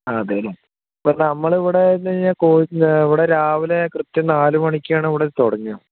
ആ അതെയല്ലേ ഇപ്പോൾ നമ്മൾ ഇവിടെ എന്നു വച്ച് കഴിഞ്ഞാൽ ഇവിടെ രാവിലെ കൃത്യം നാല് മണിക്കാണ് ഇവിടെ തുടങ്ങുക